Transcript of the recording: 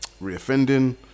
reoffending